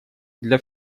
для